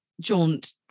jaunt